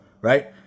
right